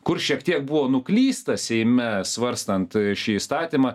kur šiek tiek buvo nuklysta seime svarstant šį įstatymą